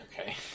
Okay